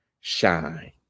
shine